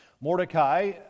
Mordecai